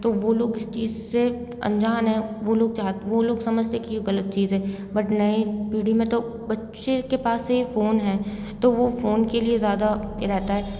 तो वो लोग इस चीज़ से अनजान हैं वो लोग वो लोग समझते हैं कि ये गलत चीज़ है बट नयीं पीढ़ी में तो बच्चे के पास से ये फोन है तो वो फोन के लिए ज़्यादा रहता है